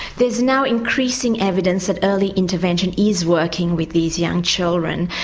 there's now increasing evidence that early intervention is working with these young children.